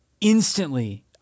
instantly